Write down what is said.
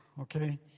okay